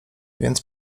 więc